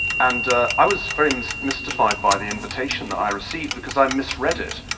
and i was very um so mystified by the invitation that i received because i misread it,